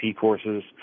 courses